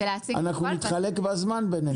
אנחנו נתחלק בזמן בינינו.